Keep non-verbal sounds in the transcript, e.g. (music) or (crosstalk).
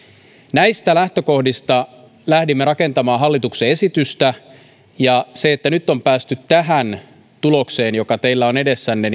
näistä lähtökohdista lähdimme rakentamaan hallituksen esitystä ja nyt on päästy tähän tulokseen joka teillä on edessänne (unintelligible)